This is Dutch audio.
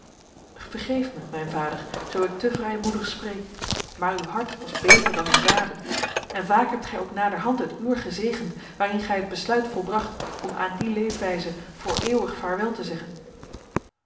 vergeef mij mijn vader zoo ik te vrijmoedig spreek maar uw hart was beter dan uw daden en vaak hebt gij ook naderhand het uur gezegend waarin gij het besluit volbracht om aan die leefwijze voor eeuwig vaarwel te zeggen